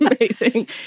Amazing